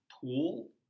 pool